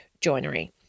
joinery